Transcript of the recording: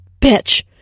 bitch